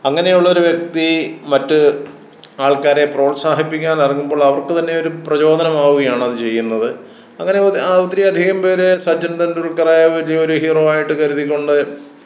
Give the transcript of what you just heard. അങ്ങനെയുള്ളയുള്ളൊരു വ്യക്തി മറ്റ് ആൾക്കാരെ പ്രോത്സാഹിപ്പിക്കാൻ ഇറങ്ങുമ്പോൾ അവർക്ക് തന്നെ ഒരു പ്രചോദനമാവുകയാണത് ചെയ്യുന്നത് അങ്ങനെ ഒത്തിരി അധികം പേരെ സച്ചിൻ തണ്ടുൽക്കറെ വലിയ ഒരു ഹീറോ ആയിട്ട് കരുതിക്കൊണ്ട്